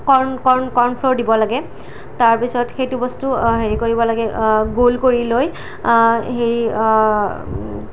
কৰ্ণ corn cornflour দিব লাগে তাৰ পিছত সেইটো বস্তু হেৰি কৰিব লাগে গোল কৰি লৈ হেৰি